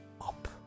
up